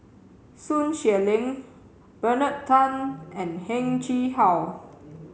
Sun Xueling Bernard Tan and Heng Chee How